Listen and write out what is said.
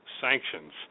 sanctions